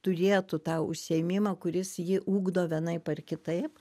turėtų tą užsiėmimą kuris jį ugdo vienaip ar kitaip